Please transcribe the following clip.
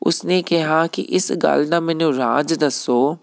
ਉਸਨੇ ਕਿਹਾ ਕਿ ਇਸ ਗੱਲ ਦਾ ਮੈਨੂੰ ਰਾਜ ਦੱਸੋ